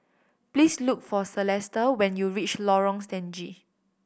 please look for Celesta when you reach Lorong Stangee